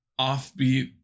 offbeat